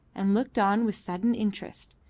and looked on with sudden interest.